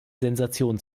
sensation